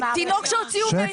תינוק שהוציאו מאמו,